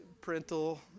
parental